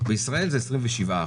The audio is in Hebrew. בישראל זה 27 אחוז,